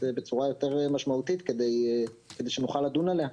בצורה יותר משמעותית כדי שנוכל לדון עליה.